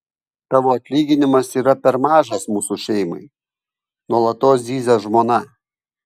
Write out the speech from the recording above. tavo atlyginimas yra per mažas mūsų šeimai nuolatos zyzia žmona